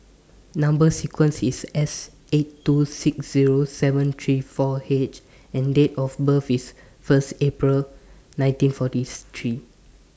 Number sequence IS S eight two six Zero seven three four H and Date of birth IS First April nineteen forty three